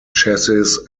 chassis